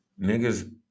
niggas